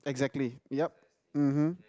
exactly yup (uh huh)